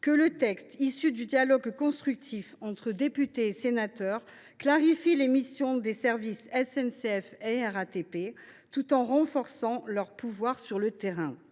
que le texte issu du dialogue constructif entre députés et sénateurs clarifie les missions des services de la SNCF et de la RATP, tout en renforçant leurs pouvoirs sur le terrain.